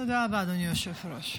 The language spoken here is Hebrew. תודה רבה, אדוני היושב-ראש.